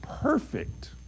perfect